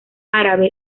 árabe